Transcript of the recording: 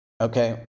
okay